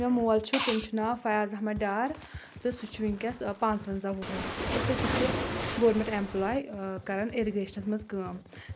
یُس مےٚ مول چھُ تٔمۍ چھُ ناو فیاض احمد ڈار تہٕ سُہ چھُ وٕنکیٚس پانٛژوَنٛزاہ وُہُر تہٕ سُہ چھُ گورمینٹ ایٚمپلاے کران اِرِگیشنس منٛز کٲم